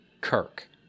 Kirk